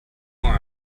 warm